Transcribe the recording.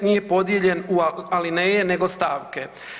Nije podijeljen u alineje nego stavke.